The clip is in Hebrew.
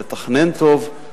לתכנן טוב,